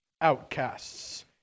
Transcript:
outcasts